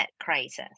crisis